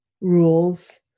rules